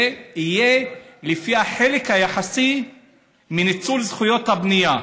וזה יהיה לפי החלק היחסי מניצול זכויות הבנייה.